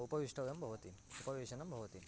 उपविष्टव्यं भवति उपवेशनं भवति